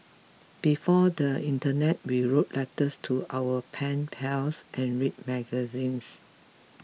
before the Internet we wrote letters to our pen pals and read magazines